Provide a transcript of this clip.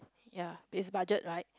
ya is budget right